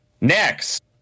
Next